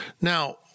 now